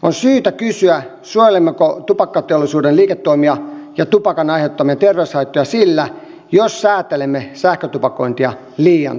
on syytä kysyä suojelemmeko tupakkateollisuuden liiketoimia ja tupakan aiheuttamia terveyshaittoja sillä jos säätelemme sähkötupakointia liian tiukasti